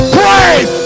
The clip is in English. praise